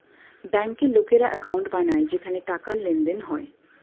ব্যাংকে লোকেরা অ্যাকাউন্ট বানায় যেখানে টাকার লেনদেন হয়